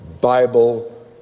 Bible